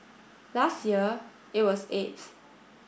last year it was eighth